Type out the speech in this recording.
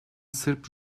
sırp